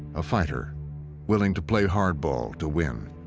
a fighter willing to play hardball to win.